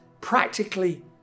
Practically